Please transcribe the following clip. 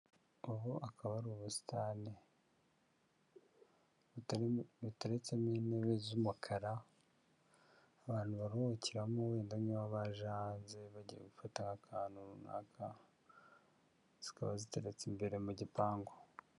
Ubu akaba ari ubusitani buteretsemo intebe z'umukara, abantu baruhukiramo, wenda nk'iyo baje hanze bagiye gufata nk'akantu runaka, zikaba ziteretse imbere mu gipangu.